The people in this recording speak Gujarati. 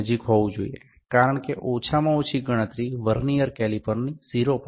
90ની નજીક હોવું જોઈએ કારણ કે ઓછામાં ઓછી ગણતરી વર્નીઅર કેલિપરની 0